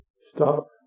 stop